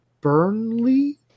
Burnley